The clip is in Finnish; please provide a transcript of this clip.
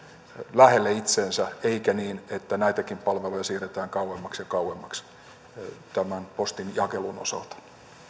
lähelle itseänsä eikä niin että näitäkin palveluja siirretään kauemmaksi ja kauemmaksi tämän postinjakelun osalta